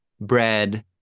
bread